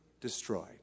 destroyed